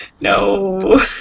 No